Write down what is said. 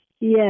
Yes